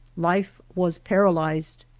life was paralyzed.